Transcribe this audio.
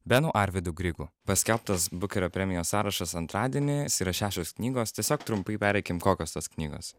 beno arvydu grigu paskelbtas bukerio premijos sąrašas antradienį yra šešios knygos tiesiog trumpai pereikim kokios tos knygos